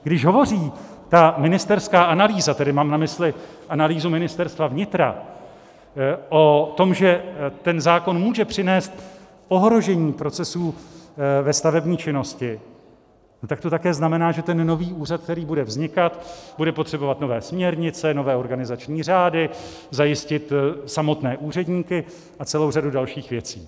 Když hovoří ta ministerská analýza, tedy mám na mysli analýzu Ministerstva vnitra, o tom, že ten zákon může přinést ohrožení procesů ve stavební činnosti, tak to také znamená, že ten nový úřad, který bude vznikat, bude potřebovat nové směrnice, nové organizační řády, zajistit samotné úředníky a celou řadu dalších věcí.